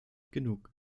genug